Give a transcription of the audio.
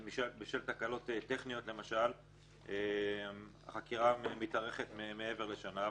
ובשל תקלות טכניות למשל החקירה מתארכת מעבר לשנה,